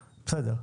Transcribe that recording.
בסדר,